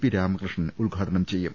P Ramakrishnan ഉദ്ഘാടനം ചെയ്യും